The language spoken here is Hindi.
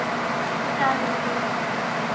पचास रुपये